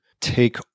take